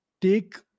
take